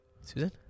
Susan